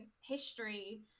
history